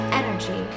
energy